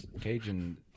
Cajun